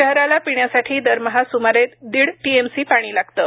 शहराला पिण्यासाठी दरमहा सुमारे दीड टीएमसी पाणी लागतं